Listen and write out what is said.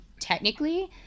technically